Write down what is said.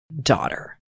Daughter